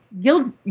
guild